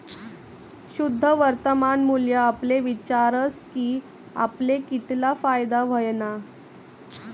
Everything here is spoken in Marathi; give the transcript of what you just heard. शुद्ध वर्तमान मूल्य आपले विचारस की आपले कितला फायदा व्हयना